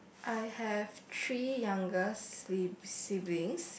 I have three younger sib~ siblings